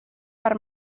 per